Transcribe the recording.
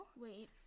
Wait